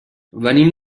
venim